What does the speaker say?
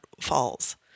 falls